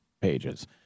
pages